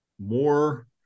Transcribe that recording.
more